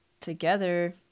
together